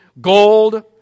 Gold